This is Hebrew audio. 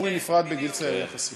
אורי נפרד בגיל צעיר יחסית.